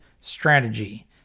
strategy